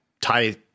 Tie